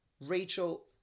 Rachel